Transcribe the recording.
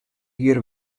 jier